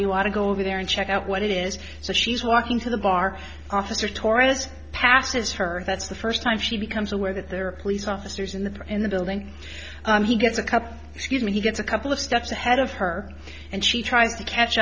want to go over there and check out what it is so she's walking to the bar officer torres passes her that's the first time she becomes aware that there are police officers in the in the building he gets a cup excuse me he gets a couple of steps ahead of her and she tries to catch